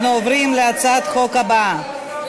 אנחנו עוברים להצעת החוק הבאה.